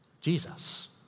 Jesus